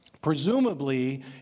presumably